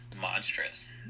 monstrous